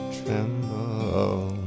tremble